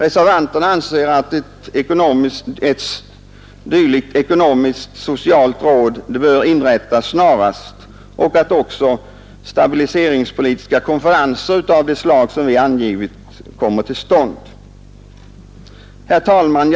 Reservanterna anser att ett ekonomisk-socialt råd bör inrättas snarast och att stabiliseringspolitiska konferenser av det slag som vi angivit bör komma till stånd. Herr talman!